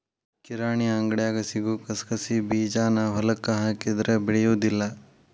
ಕಿರಾಣಿ ಅಂಗಡ್ಯಾಗ ಸಿಗು ಕಸಕಸಿಬೇಜಾನ ಹೊಲಕ್ಕ ಹಾಕಿದ್ರ ಬೆಳಿಯುದಿಲ್ಲಾ